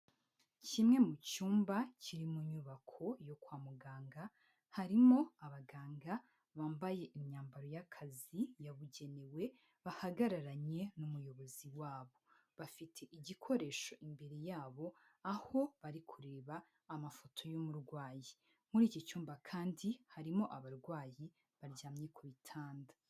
Kimwe mu cyumba kiri mu nyubako yo kwa muganga harimo abaganga bambaye imyambaro y'akazi yabugenewe bahagararanye n'umuyobozi wabo, bafite igikoresho imbere yabo aho bari kureba amafoto y'umurwayi, muri iki cyumba kandi harimo abarwayi baryamye ku bitanda.